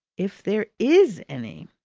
if there is any.